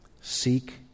Seek